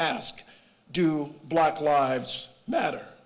ask do black lives matter